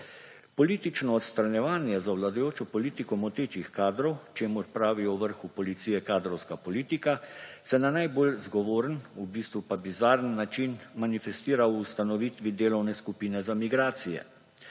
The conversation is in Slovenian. Politično odstranjevanje za vladajočo politiko motečih kadrov, čemur pravijo v vrhu policije kadrovska politika, se na najbolj zgovoren, v bistvu pa bizaren način, manifestira v ustanovitvi delovne skupine za migracije.